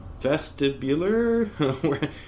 vestibular